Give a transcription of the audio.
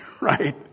right